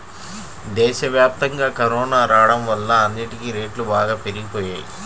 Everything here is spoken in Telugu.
దేశవ్యాప్తంగా కరోనా రాడం వల్ల అన్నిటికీ రేట్లు బాగా పెరిగిపోయినియ్యి